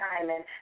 Diamond